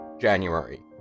January